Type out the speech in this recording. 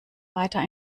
weiter